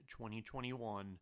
2021